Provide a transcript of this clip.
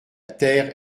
terre